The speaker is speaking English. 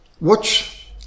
Watch